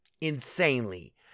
Insanely